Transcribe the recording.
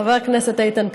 חבר הכנסת איתן כבל,